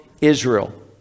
Israel